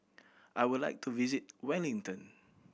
I would like to visit Wellington